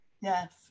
Yes